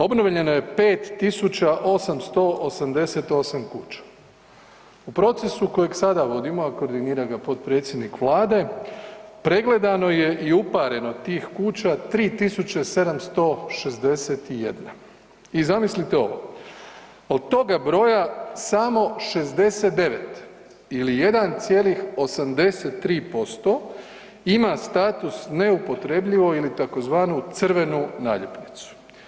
Obnovljeno je 5888 kuća, u procesu kojeg sada vodimo, a koordinira ga potpredsjednik Vlade pregledano je i upareno tih kuća 3761 i zamislite ovo od toga broja samo 69 ili 1,83% ima status neupotrebljivo ili tzv. crvenu naljepnicu.